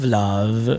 love